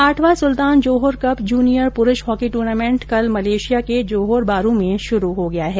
आठवां सुल्तान Johor cup junior प्रुष हॉकी ट्र्नामेंट कल मलेशिया के जोहोर बारू में शुरू हो गया है